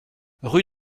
rue